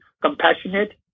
compassionate